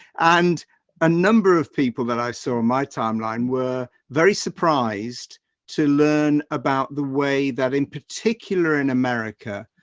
and a number of people that i saw in my timeline were very surprised to learn about the way that in particular in america, ah,